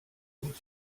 los